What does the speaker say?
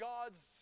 God's